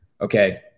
okay